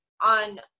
on